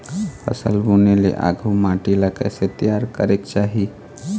फसल बुने ले आघु माटी ला कइसे तियार करेक चाही?